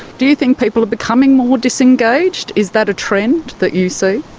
do you think people are becoming more disengaged? is that a trend that you see?